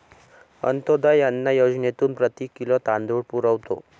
अंत्योदय अन्न योजनेतून प्रति किलो तांदूळ पुरवतो